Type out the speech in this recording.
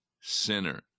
sinner